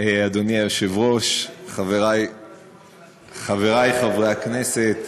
אדוני היושב-ראש, חברי חברי הכנסת,